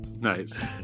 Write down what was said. Nice